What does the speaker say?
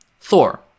Thor